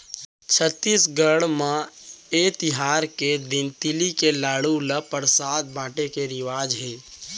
छत्तीसगढ़ म ए तिहार के दिन तिली के लाडू ल परसाद बाटे के रिवाज हे